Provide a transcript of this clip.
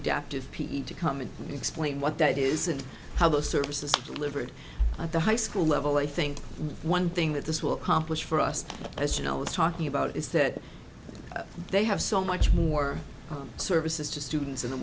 adaptive p e to come and explain what that is and how those services delivered at the high school level i think one thing that this will accomplish for us as you know is talking about is that they have so much more services to students in